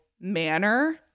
manner